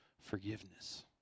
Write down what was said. forgiveness